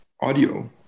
audio